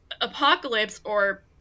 apocalypse—or